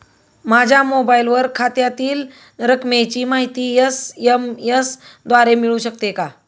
माझ्या मोबाईलवर खात्यातील रकमेची माहिती एस.एम.एस द्वारे मिळू शकते का?